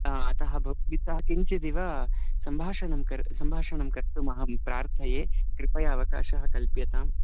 हा अतः भवद्भिस्सह किञ्चिदिव सम्भाषणं कर् सम्भाषणं कर्तुमहं प्रार्थये कृपया अवकाशः कल्प्यतां